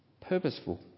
purposeful